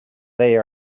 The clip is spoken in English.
they